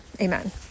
Amen